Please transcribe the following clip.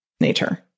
nature